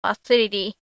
facility